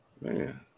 man